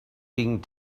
being